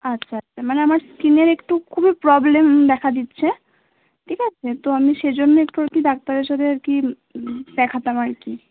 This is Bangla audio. আচ্ছা আচ্ছা মানে আমার স্কিনের একটু খুবই প্রবলেম দেখা দিচ্ছে ঠিক আছে তো আমি সেইজন্য একটু আর কি ডাক্তারের সাথে আর কি দেখাতাম আর কি